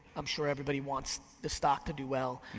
i'm sure everybody wants the stock to do well.